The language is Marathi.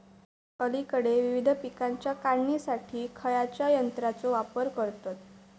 अलीकडे विविध पीकांच्या काढणीसाठी खयाच्या यंत्राचो वापर करतत?